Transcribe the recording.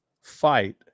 fight